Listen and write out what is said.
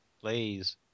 Please